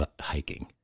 hiking